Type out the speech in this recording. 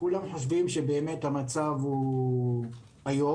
כולם חושבים שהמצב הוא איום,